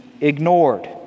ignored